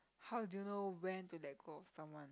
how do you know when to let go of someone